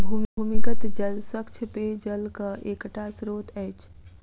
भूमिगत जल स्वच्छ पेयजलक एकटा स्त्रोत अछि